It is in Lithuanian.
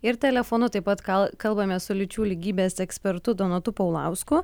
ir telefonu taip pat kal kalbame su lyčių lygybės ekspertu donatu paulausku